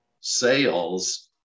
sales